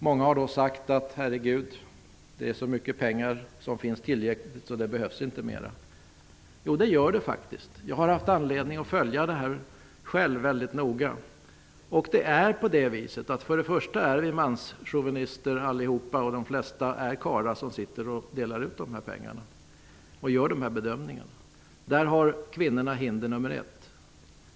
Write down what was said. Många har sagt: Herre Gud, det finns så mycket pengar tillgängliga för detta att det inte behövs ytterligare medel. Men så är det faktiskt. Jag har själv haft anledning att följa detta mycket noga, och jag har funnit att de flesta som gör bedömningarna och som delar ut sådana här pengar är karlar och manschauvinister. Det är kvinnornas hinder nummer ett.